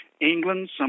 England